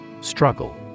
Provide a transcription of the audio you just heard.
Struggle